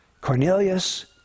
Cornelius